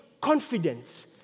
confidence